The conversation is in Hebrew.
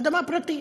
אדמה פרטית.